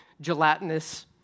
gelatinous